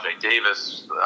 Davis